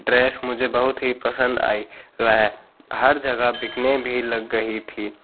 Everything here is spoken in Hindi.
ड्रेस मुझे बहुत ही पसंद आई वह हर जगह बिकने भी लग गही थी